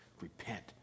repent